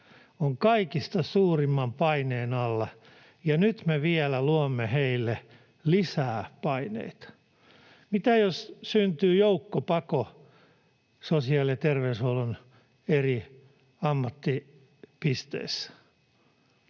on kaikista suurimman paineen alla? Ja nyt me vielä luomme heille lisää paineita. Mitä jos syntyy joukkopako sosiaali- ja terveyshuollon eri ammattipisteissä?